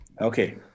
Okay